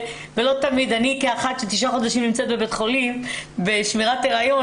ואני כאחת שתשעה חודשים נמצאת בבית חולים בשמירת הריון,